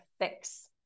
fix